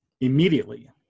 immediately